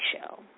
show